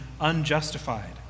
unjustified